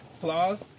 flaws